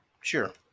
Sure